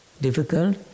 difficult